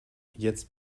jetzt